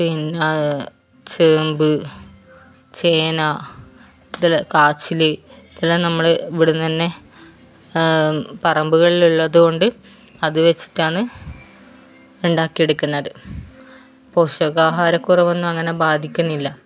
പിന്നെ ചേമ്പ് ചേന ഇതെല്ലം കാച്ചില് ഇതെല്ലം നമ്മള് ഇവിടെ നിന്നുതന്നെ പറമ്പുകളില് ഉള്ളതുകൊണ്ട് അത് വച്ചിട്ടാണ് ഉണ്ടാക്കി എടുക്കുന്നത് പോഷകാഹാരക്കുറവൊന്നും അങ്ങനെ ബാധിക്കുന്നില്ല